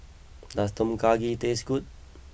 does Tom Kha Gai taste good